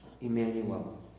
Emmanuel